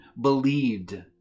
believed